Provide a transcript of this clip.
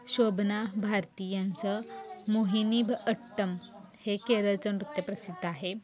शोभना भारती यांचं मोहिनीअट्टम हे केरळचं नृत्य प्रसिद्ध आहे